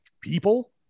people